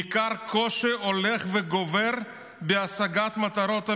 ניכר קושי הולך וגובר בהשגת מטרות המלחמה.